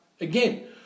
again